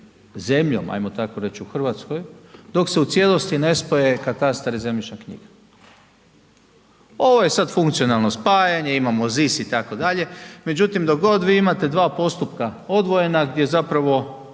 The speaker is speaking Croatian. zemljom, ajmo tako reć, u Hrvatskoj, dok se u cijelosti ne spoje katastar i zemljišne knjige. Ovo je sad funkcionalno spajanje, imamo ZIS itd., međutim dok god vi imate 2 postupka odvojena gdje zapravo